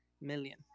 million